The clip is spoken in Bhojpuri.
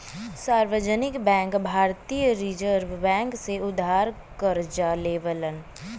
सार्वजनिक बैंक भारतीय रिज़र्व बैंक से उधार करजा लेवलन